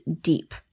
deep